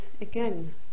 again